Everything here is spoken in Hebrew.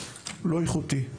לא איכותי,